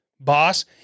boss